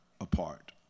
apart